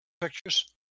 pictures